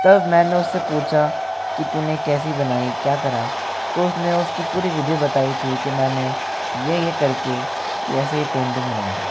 तब मैंने उससे पूछा की तूने कैसी बनाई क्या करा तो उसने उसकी पूरी विधि बताई थी की मैंने यह यह करके ऐसे यह पेंटिंग बनाई है